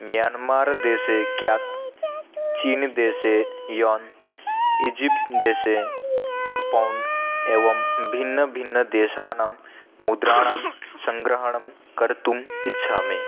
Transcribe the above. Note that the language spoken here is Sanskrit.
म्यानमारदेशे क्यात् चीनदेशे यान् इजिप्ट्देशे पौण्ड् एवं भिन्नभिन्नदेशानां मुद्राणां सङ्ग्रहणं कर्तुम् इच्छामि